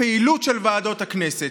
בפעילות של ועדות הכנסת,